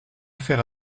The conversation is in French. faire